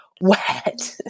wet